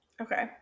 Okay